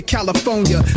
California